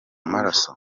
maraso